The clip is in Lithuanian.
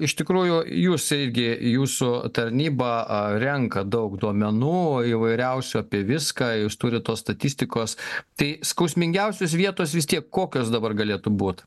iš tikrųjų jūs irgi jūsų tarnyba renka daug duomenų įvairiausių apie viską jūs turit tos statistikos tai skausmingiausios vietos vis tiek kokios dabar galėtų būt